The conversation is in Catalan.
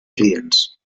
clients